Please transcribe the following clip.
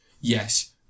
Yes